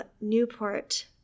Newport